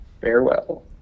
Farewell